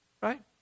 Right